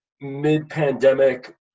mid-pandemic